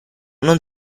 non